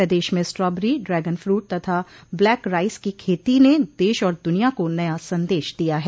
प्रदेश में strawberry dragon fruit तथा black rice की खेती ने देश और दुनिया को नया संदेश दिया है